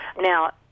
Now